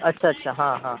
अच्छा अच्छा हां हां